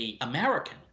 American